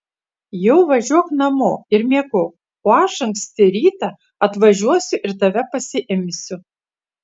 jau važiuok namo ir miegok o aš anksti rytą atvažiuosiu ir tave pasiimsiu